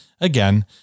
again